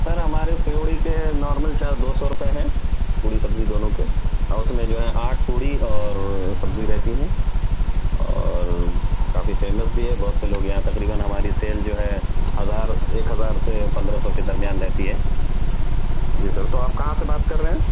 سر ہمارے پوڑی کے نارمل چارج دو سو روپیے ہیں پوڑی سبزی دونوں کے اور ُاس میں جو ہیں آٹھ پوڑی اور سبزی رہتی ہیں اور کافی فیمس بھی ہے بہت سے لوگ یہاں تقریباََ ہماری سیل جو ہے ہزار ایک ہزار سے پندرہ سو کے درمیان رہتی ہے جی سر تو آپ کہاں سے بات کر رہے ہیں